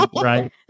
right